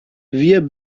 wir